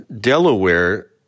Delaware